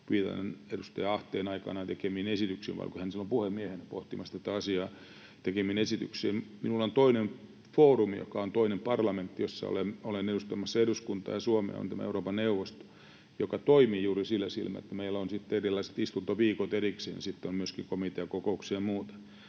viitaten edustaja Ahteen — vai oliko hän silloin puhemiehenä pohtimassa tätä asiaa — aikanaan tekemiin esityksiin. Minulla on toinen foorumi, joka on toinen parlamentti, jossa olen edustamassa eduskuntaa ja Suomea, ja se on Euroopan neuvosto, joka toimii juuri sillä silmällä, että meillä on erilaiset istuntoviikot erikseen, sitten on myöskin komiteakokouksia ja muuta.